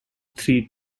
three